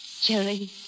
Jerry